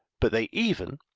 but they even,